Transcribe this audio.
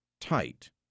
tight